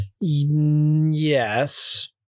Yes